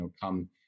come